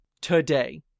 today